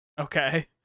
Okay